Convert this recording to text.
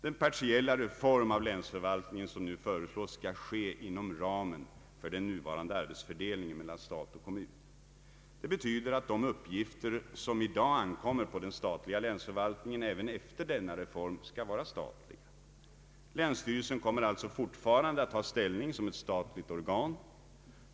Den partiella reform av länsförvaltningen som nu föreslås skall ske inom ramen för den nuvarande arbetsfördelningen mellan stat och kommun, Det innebär att de uppgifter som i dag ankommer på den statliga förvaltningen även efter denna reform skall vara statliga. Länsstyrelsen kommer alltså fortfarande att ha ställning av ett statligt organ.